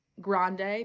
Grande